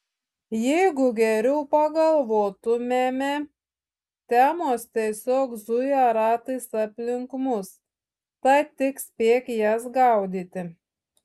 jeigu geriau pagalvotumėme temos tiesiog zuja ratais aplink mus tad tik spėk jas gaudyti